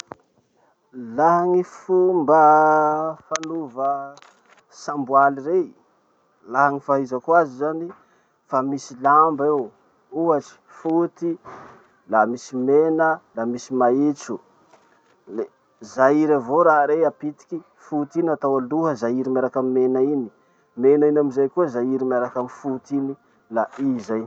Laha gny fomba fanova samboaly rey. Laha gny fahaizako azy zany, fa misy lamba eo. Ohatsy foty, la misy mena, la misy maitso. Le zairy avao raha rey, apitiky. Foty iny atao aloha zairy miaraky amy mena iny, mena iny amizay koa zairy miaraky amy foty iny, la i zay.